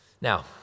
Now